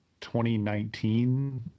2019